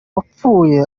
wapfuye